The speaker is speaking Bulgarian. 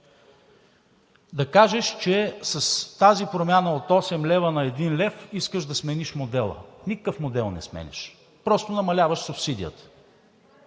да кажеш, че с тази промяна от 8 лв. на 1 лв. искаш да смениш модела. Никакъв модел не сменяш, просто намаляваш субсидията.